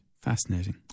Fascinating